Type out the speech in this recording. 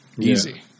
easy